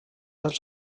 els